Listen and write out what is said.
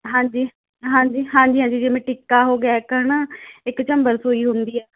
ਹਾਂਜੀ ਹਾਂਜੀ ਹਾਂਜੀ ਹਾਂਜੀ ਜਿਵੇਂ ਟਿੱਕਾ ਹੋ ਗਿਆ ਇੱਕ ਹੈ ਨਾ ਇੱਕ ਝੰਬਲ ਸੂਈ ਹੁੰਦੀ ਹੈ